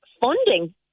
funding